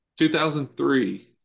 2003